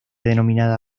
denominada